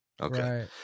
Okay